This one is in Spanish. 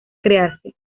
crearse